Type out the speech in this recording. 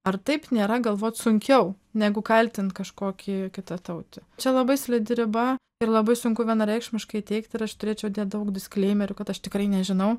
ar taip nėra galvot sunkiau negu kaltint kažkokį kitatautį čia labai slidi riba ir labai sunku vienareikšmiškai teigti ir aš turėčiau daug diskleimerių kad aš tikrai nežinau